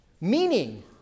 Meaning